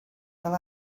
fel